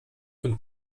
und